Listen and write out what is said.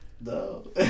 No